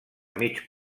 mig